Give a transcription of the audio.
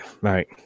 right